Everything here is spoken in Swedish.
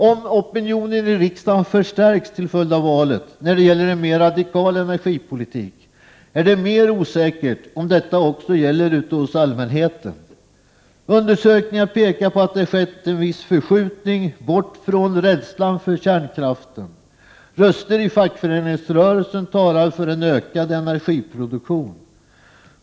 Om opinionen i riksdagen när det gäller en mera radikal energipolitik förstärks till följd av valet, är det mer osäkert om detta också gäller hos allmänheten. Undersökningar pekar på att det skett en viss förskjutning bort från rädslan för kärnkraften. Röster i fackföreningsrörelsen talar för en ökad energiproduktion.